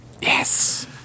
Yes